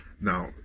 now